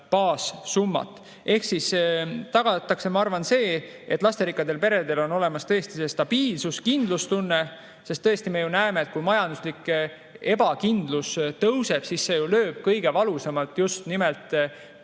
Ehk siis tagatakse, ma arvan, see, et lasterikastel peredel on olemas tõesti see stabiilsuse, kindluse tunne. Me ju näeme, et kui majanduslik ebakindlus [kasvab], siis see lööb kõige valusamalt just nimelt